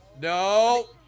No